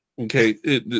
Okay